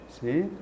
See